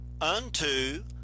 unto